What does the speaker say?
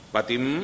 Patim